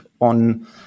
on